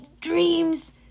dreams